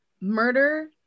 Murder